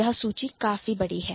यह सूची काफी बड़ी है